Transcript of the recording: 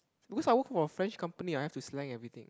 because I work for French company I have to slang everything